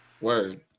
Word